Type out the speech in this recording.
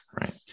right